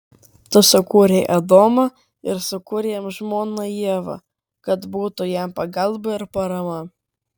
tu sukūrei adomą ir sukūrei jam žmoną ievą kad būtų jam pagalba ir parama